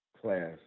class